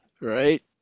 Right